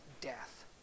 death